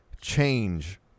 change